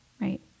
right